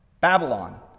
Babylon